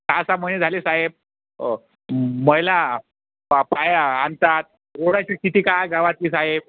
सा सा महिने झाले साहेब मैला पा पाया आणतात रोडाची स्थिती काय गावातली साहेब